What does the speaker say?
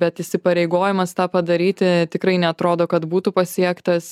bet įsipareigojimas tą padaryti tikrai neatrodo kad būtų pasiektas